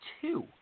two